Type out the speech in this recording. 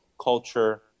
culture